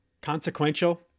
Consequential